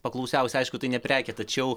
paklausiausi aišku tai ne prekė tačiau